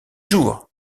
jours